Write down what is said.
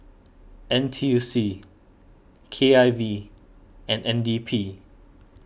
N T U C K I V and N D P